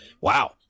wow